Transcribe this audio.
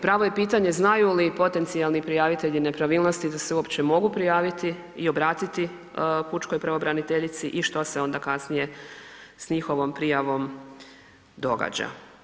Pravo je pitanje, znaju li potencijalni prijavitelji nepravilnosti da se uopće mogu prijaviti i obratiti pučkoj pravobraniteljici i što se onda kasnije s njihovom prijavom događa.